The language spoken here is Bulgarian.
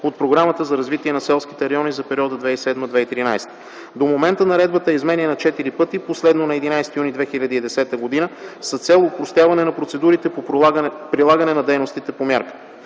от Програмата за развитие на селските райони за периода 2007-2013 г. До момента наредбата е изменяна четири пъти, последно на 11 юни 2010 г., с цел опростяване на процедурите по прилагане на дейностите по мярката.